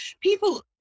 People